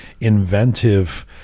inventive